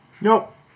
Nope